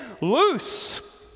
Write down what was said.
loose